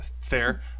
Fair